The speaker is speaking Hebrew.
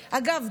אגב,